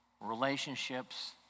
relationships